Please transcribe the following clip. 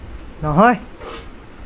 নহয়